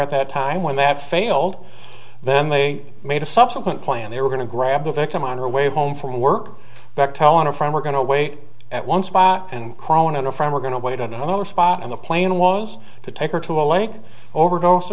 at that time when that failed then they made a subsequent plan they were going to grab the victim on her way home from work bechtel on a friend were going to wait at one spot and cronan a friend were going to wait at another spot in the plane was to take her to a lake overdose